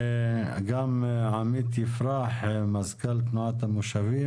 עמית יפרח מזכ"ל תנועת המושבים.